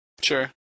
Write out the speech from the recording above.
Sure